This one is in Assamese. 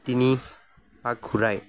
তিনিপাক ঘূৰাই